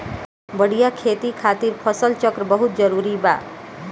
बढ़िया खेती खातिर फसल चक्र बहुत जरुरी बा